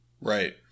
Right